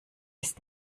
ist